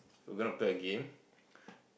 we gonna play a game